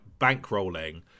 bankrolling